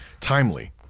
timely